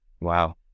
Wow